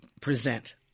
present